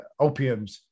opiums